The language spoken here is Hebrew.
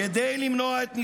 כדי למנוע את נזקם.